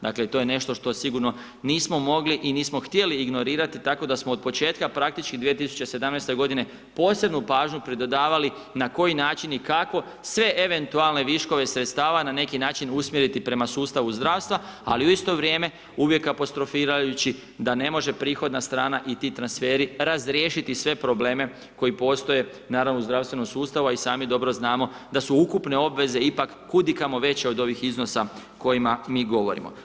Dakle, to je nešto što sigurno nismo mogli i nismo htjeli ignorirati, tako da smo od početka praktički 2017. godine posebnu pažnju pridodavali na koji način i kako sve eventualne viškove sredstava na neki način usmjeriti prema sustavu zdravstva, ali u isto vrijeme uvijek apostrofirajući da ne može prihodna strana i ti transferi razriješiti sve probleme koji postoje, naravno, u zdravstvenom sustavu, a i sami dobro znamo da su ukupne obveze ipak kud i kamo veće od ovih iznosa o kojima mi govorimo.